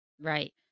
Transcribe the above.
Right